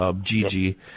Gigi